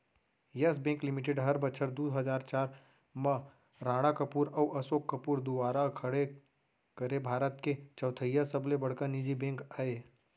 yes bank limited हर बछर दू हजार चार म राणा कपूर अउ असोक कपूर दुवारा खड़े करे भारत के चैथइया सबले बड़का निजी बेंक अय